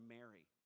Mary